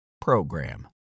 PROGRAM